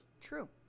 True